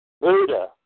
Buddha